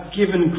given